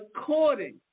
According